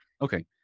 Okay